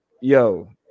yo